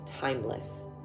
timeless